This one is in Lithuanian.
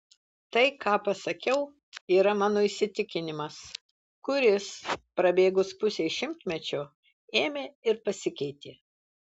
tai ką pasakiau yra mano įsitikinimas kuris prabėgus pusei šimtmečio ėmė ir pasikeitė